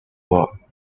war